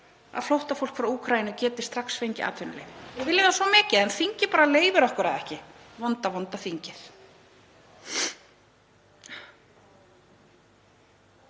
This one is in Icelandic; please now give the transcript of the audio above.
að flóttafólk frá Úkraínu geti strax fengið atvinnuleyfi, við viljum það svo mikið en þingið leyfir okkur það ekki, vonda, vonda þingið.